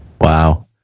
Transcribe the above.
Wow